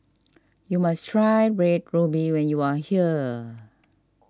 you must try Red Ruby when you are here